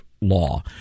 law